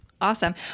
awesome